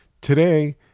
today